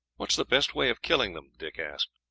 what is the best way of killing them? dick asked.